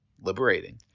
liberating